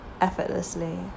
Effortlessly